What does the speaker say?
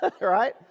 right